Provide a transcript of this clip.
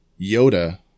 Yoda